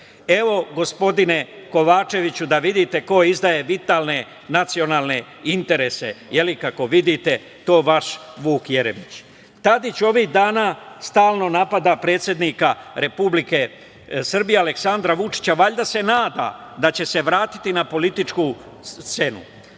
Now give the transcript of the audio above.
Evo gospodine Kovačeviću, da vidite ko izdaje vitalne nacionalne interese. Kako vidite, to je vaš Vuk Jeremić. Tadić ovih dana stalno napada predsednika Republike Srbije Aleksandra Vučića. Valjda se nada da će se vratiti na političku scenu.